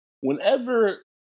whenever